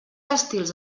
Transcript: estils